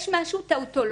יש משהו טאוטולוגי.